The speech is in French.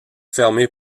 fermé